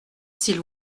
s’il